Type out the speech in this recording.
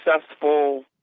successful